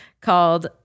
called